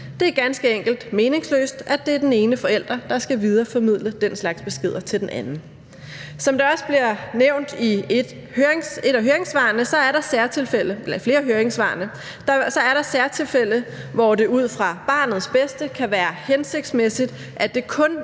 Det er ganske enkelt meningsløst, at det er den ene forælder, der skal videreformidle den slags beskeder til den anden. Som det også bliver nævnt i flere af høringssvarene, er der særtilfælde, hvor det ud fra barnets bedste kan være hensigtsmæssigt, at det kun